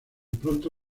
pronto